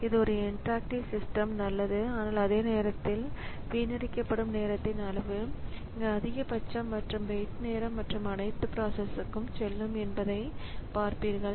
இது ஒருஇன்டராக்டிவே சிஸ்டம் நல்லது ஆனால் அதே நேரத்தில் வீணடிக்கப்படும் நேரத்தின் அளவு இங்கு அதிகபட்சம் மற்றும் வெயிட் நேரம் மற்றும் அனைத்தும் பிராசஸ் க்குச் செல்லும் என்பதைக் பார்ப்பீர்கள்